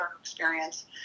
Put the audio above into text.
experience